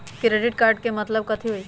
Credit card के मतलब कथी होई?